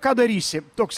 ką darysi toks